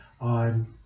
on